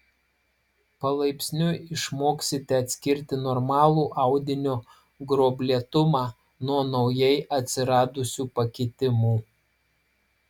palaipsniui išmoksite atskirti normalų audinio gruoblėtumą nuo naujai atsiradusių pakitimų